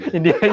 India